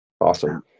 Awesome